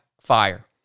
fire